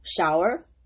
shower